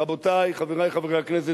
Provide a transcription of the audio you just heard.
רבותי חברי הכנסת,